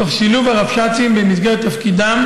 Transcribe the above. תוך שילוב הרבש"צים, במסגרת תפקידם,